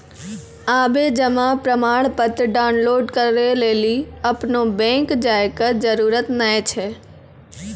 आबे जमा प्रमाणपत्र डाउनलोड करै लेली अपनो बैंक जाय के जरुरत नाय छै